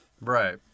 right